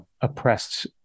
oppressed